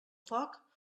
foc